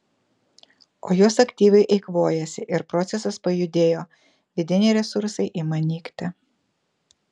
o jos aktyviai eikvojasi ir procesas pajudėjo vidiniai resursai ima nykti